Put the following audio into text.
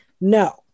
No